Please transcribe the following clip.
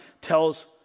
tells